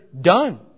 done